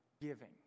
giving